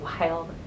wild